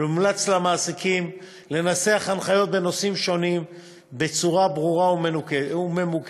מומלץ למעסיקים לנסח הנחיות בנושאים שונים בצורה ברורה וממוקדת,